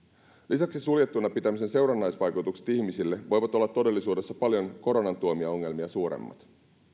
lisäksi suljettuna pitämisen seurannaisvaikutukset ihmisille voivat olla todellisuudessa paljon koronan tuomia ongelmia suuremmat